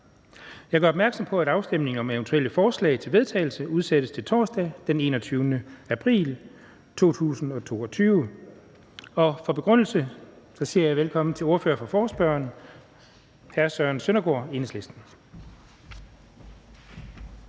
Jeg gør opmærksom på, at afstemning om eventuelle forslag til vedtagelse udsættes til torsdag den 21. april 2022. For begrundelse siger jeg velkommen til ordføreren for forespørgerne, hr. Søren Søndergaard, Enhedslisten.